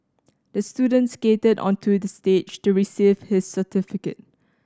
the student skated onto the stage to receive his certificate